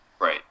Right